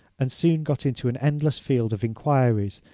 and soon got into an endless field of inquiries,